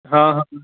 ਹਾਂ ਹਾਂ